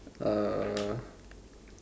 uh